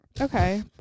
Okay